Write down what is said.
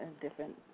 different